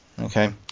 Okay